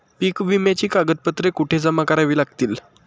पीक विम्याची कागदपत्रे कुठे जमा करावी लागतील?